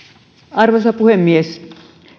arvoisa puhemies